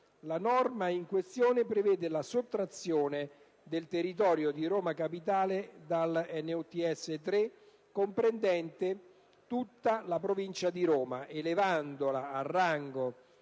la norma in questione prevede la sottrazione del territorio di Roma capitale dal NUTS 3 comprendente tutta la provincia di Roma, elevandola al rango